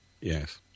Yes